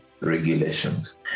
regulations